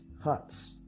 huts